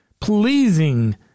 pleasing